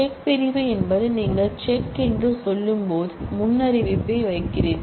check பிரிவு என்பது நீங்கள் செக்என்று சொல்லும்போது முன்னறிவிப்பை வைக்கிறீர்கள்